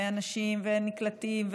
ואנשים נקלטים,